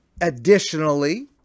Additionally